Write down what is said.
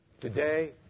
Today